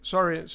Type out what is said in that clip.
Sorry